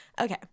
Okay